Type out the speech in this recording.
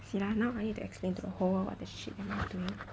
see lah now I need to explain to the whole world what the shit am I doing